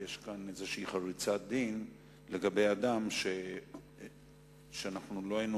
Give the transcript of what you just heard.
כי יש כאן חריצת דין כלשהי לגבי אדם שלא היינו